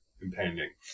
impending